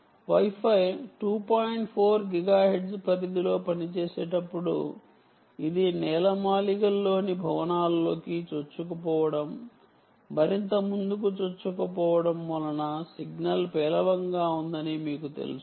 4 gigahertz పరిధిలో పనిచేసేటప్పుడు ఇది భవనాల్లోని నేలమాళిగ లోకిచొచ్చుకుపోవటం మరింత ముందుకు చొచ్చుకుపోవడం వలన సిగ్నల్ పేలవం గా ఉందని మీకు తెలుసు